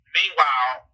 meanwhile